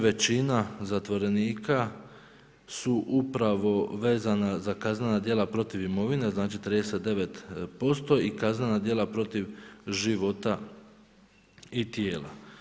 Većina zatvorenika su upravo vezana za kaznena djela protiv imovine, znači 39% i kaznena djela protiv života i tijela.